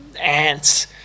ants